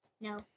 No